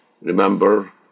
remember